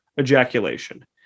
ejaculation